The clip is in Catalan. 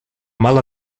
mala